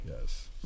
Yes